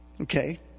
Okay